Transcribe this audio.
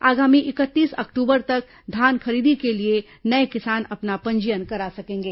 आगामी इकतीस अक्टूबर तक धान खरीदी के लिए नये किसान अपना पंजीयन करा सकेंगे